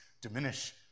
diminish